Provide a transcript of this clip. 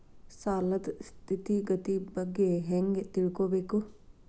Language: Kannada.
ಸಾಲದ್ ಸ್ಥಿತಿಗತಿ ಬಗ್ಗೆ ಹೆಂಗ್ ತಿಳ್ಕೊಬೇಕು?